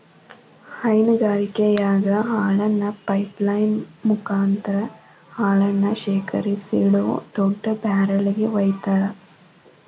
ಹೈನಗಾರಿಕೆಯಾಗ ಹಾಲನ್ನ pipeline ಮುಕಾಂತ್ರ ಹಾಲನ್ನ ಶೇಖರಿಸಿಡೋ ದೊಡ್ಡ ಬ್ಯಾರೆಲ್ ಗೆ ವೈತಾರ